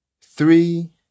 three